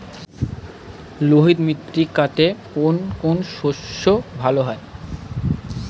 লোহিত মৃত্তিকাতে কোন কোন শস্য ভালো হয়?